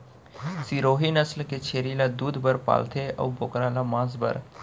सिरोही नसल के छेरी ल दूद बर पालथें अउ बोकरा ल मांस बर